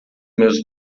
meus